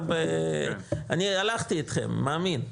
אני הלכתי אתכם, מאמין.